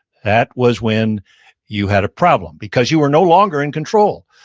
that was when you had a problem. because you were no longer in control.